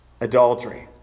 adultery